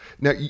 now